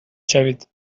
شوید